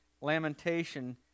lamentation